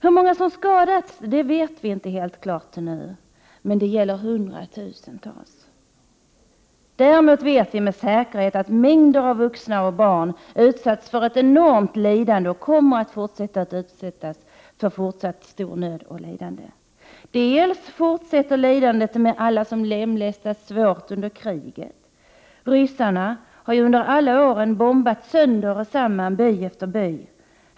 Hur många som skadats vet vi inte helt klart ännu, men det är hundratusentals. Däremot vet vi med säkerhet att mängder av vuxna och barn utsatts för ett enormt lidande och kommer att fortsätta att drabbas av stor nöd och lidande. Bl.a. fortsätter lidandet med alla som lemlästats svårt i kriget. Ryssarna har under alla åren bombat sönder och samman by efter by.